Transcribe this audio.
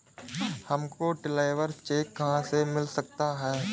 हमको traveller cheque कहाँ से मिल सकता है?